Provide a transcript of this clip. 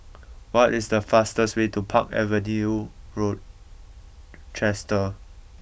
what is the fastest way to Park Avenue Rochester